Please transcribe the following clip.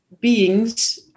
beings